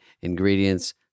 ingredients